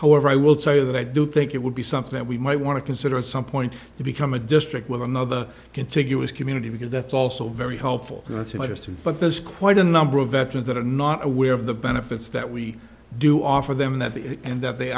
however i will say that i do think it would be something that we might want to consider at some point to become a district with another contiguous community because that's also very helpful and i think it is true but there's quite a number of veterans that are not aware of the benefits that we do offer them that the and that they